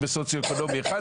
בסוציו-אקונומי אחד,